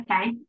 Okay